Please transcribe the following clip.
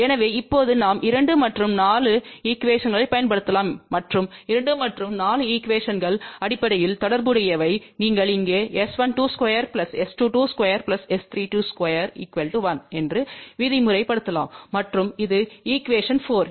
எனவே இப்போது நாம் 2 மற்றும் 4 ஈக்யூவேஷன்களைப் பயன்படுத்தலாம் மற்றும் 2 மற்றும் 4 ஈக்யூவேஷன்கள் அடிப்படையில் தொடர்புடையவை நீங்கள் இங்கேS122S222S322 1 என்று விதிமுறைலலாம் மற்றும் இது ஈக்யூவேஷன் 4